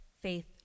faith